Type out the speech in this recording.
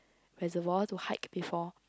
reservoir to hike before